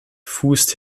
fußt